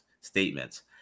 statements